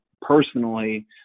personally